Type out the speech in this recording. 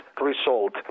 result